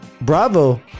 Bravo